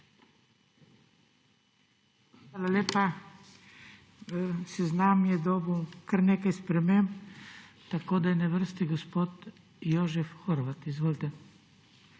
Hvala lepa. Seznam je dobil kar nekaj sprememb, tako da je na vrsti gospod Jožef Horvat. Izvolite.